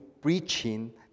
preaching